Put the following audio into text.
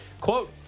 quote